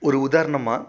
ஒரு உதாரணமாக